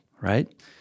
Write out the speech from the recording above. right